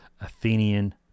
Athenian